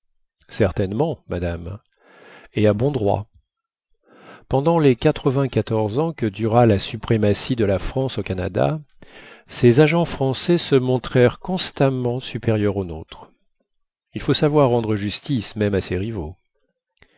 certainement madame et à bon droit pendant les quatre vingtquatorze ans que dura la suprématie de la france au canada ces agents français se montrèrent constamment supérieurs aux nôtres il faut savoir rendre justice même à ses rivaux